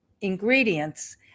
ingredients